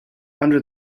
under